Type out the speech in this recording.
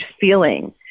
feeling